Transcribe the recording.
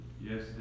Yes